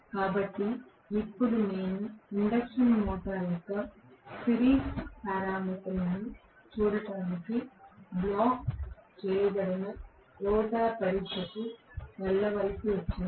కాబట్టి ఇప్పుడు నేను ఇండక్షన్ మోటర్ యొక్క సిరీస్ పారామితులను చూడటానికి బ్లాక్ చేయబడిన రోటర్ పరీక్షకు వెళ్ళవలసి వచ్చింది